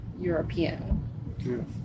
European